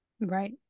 Right